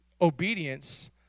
obedience